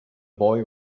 boy